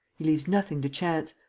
he leaves nothing to chance.